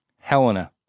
Helena